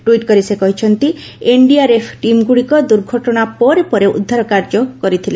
tweet କରି ସେ କହିଛନ୍ତି ଏନ୍ଡିଆର୍ଏଫ୍ ଟିମ୍ଗୁଡ଼ିକ ଦୁର୍ଘଟଣା ପରେ ପରେ ଉଦ୍ଧାର କାର୍ଯ୍ୟ କରିଥିଲେ